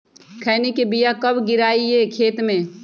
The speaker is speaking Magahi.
खैनी के बिया कब गिराइये खेत मे?